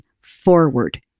forward